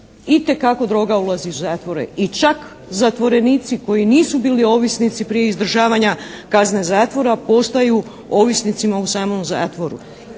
Itekako droga ulazi u zatvore i čak zatvorenici koji nisu bili ovisnici prije izdržavanja kazne zatvora postaju ovisnicima u samom zatvoru.